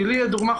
כי לדוגמה,